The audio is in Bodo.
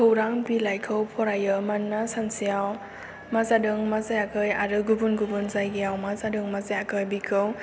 खौरां बिलायखौ फरायो मानोना सानसेयाव मा जादों मा जायाखै आरो गुबुन गुबुन जायगायाव मा जादों मा जायाखै बिखौ